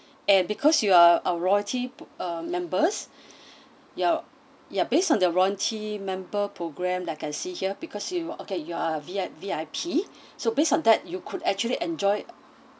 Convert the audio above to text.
and because you are our royalty uh members you're ya based on the royalty member programme like I see here because you okay you are V_I~ V_I_P so based on that you could actually enjoyed